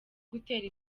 gutera